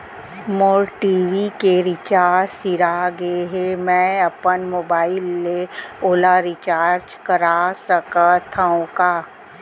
मोर TV के recharge सिरा गे हे, मैं अपन मोबाइल ले ओला रिचार्ज करा सकथव का?